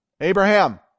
Abraham